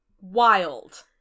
wild